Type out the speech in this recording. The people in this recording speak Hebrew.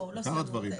לא סיימנו.